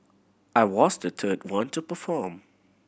I was the third one to perform